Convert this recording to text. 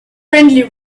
friendly